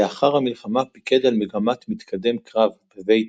לאחר המלחמה פיקד על מגמת מתקדם קרב בבית